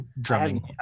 drumming